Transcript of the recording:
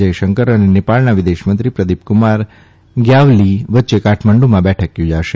જયશંકર અને નેપાળના વિદેશમંત્રી પ્રદીપકુમાર ગ્યાવલી વચ્ચે કાઠમંડુમાં બેઠક યોજાશે